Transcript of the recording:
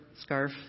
scarf